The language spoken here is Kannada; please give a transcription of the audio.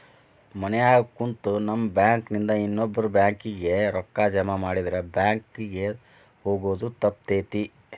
ಮನ್ಯಾಗ ಕುಂತು ನಮ್ ಬ್ಯಾಂಕ್ ನಿಂದಾ ಇನ್ನೊಬ್ಬ್ರ ಬ್ಯಾಂಕ್ ಕಿಗೆ ರೂಕ್ಕಾ ಜಮಾಮಾಡಿದ್ರ ಬ್ಯಾಂಕ್ ಕಿಗೆ ಹೊಗೊದ್ ತಪ್ತೆತಿ